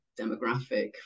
demographic